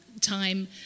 time